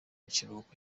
kiruhuko